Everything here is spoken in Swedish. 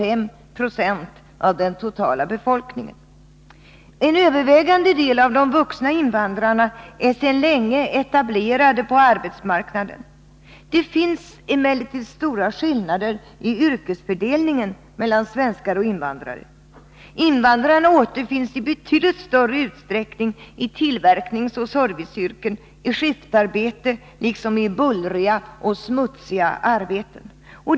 En övervägande del av de vuxna invandrarna är sedan länge etablerade på arbetsmarknaden. Det finns emellertid stora skillnader i yrkesfördelningen mellan svenskar och invandrare. Invandrarna återfinns i betydligt större utsträckning i tillverkningsoch serviceyrken, i skiftarbeten liksom i bullriga och smutsiga arbeten.